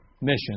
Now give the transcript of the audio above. mission